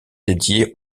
dédié